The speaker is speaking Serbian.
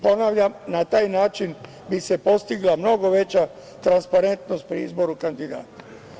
Ponavljam, na taj način bi se postigla mnogo veća transparentnost pri izboru kandidata.